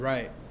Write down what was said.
Right